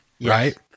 right